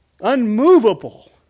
unmovable